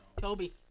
Toby